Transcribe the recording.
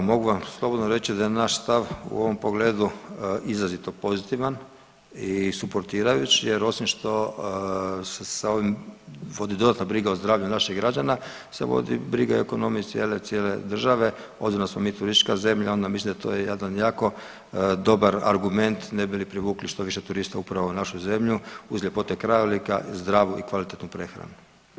Pa mogu vam slobodno reći da je naš stav u ovom pogledu izrazito pozitivan i suportirajuć jer osim što se sa ovim vodi dosta brige o zdravlju naših građana, se vodi briga i o ekonomiji cijele, cijele države, obzirom da smo mi turistička zemlja onda mislim da je to jedan jako dobar argument ne bi li privukli što više turista upravo u našu zemlju uz ljepote krajolika zdravu i kvalitetnu prehranu.